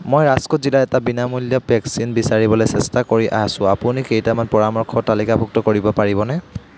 মই ৰাজকোট জিলাত এটা বিনামূলীয়া ভেকচিন বিচাৰিবলৈ চেষ্টা কৰি আছোঁ আপুনি কেইটামান পৰামৰ্শ তালিকাভুক্ত কৰিব পাৰিবনে